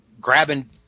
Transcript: grabbing